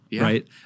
right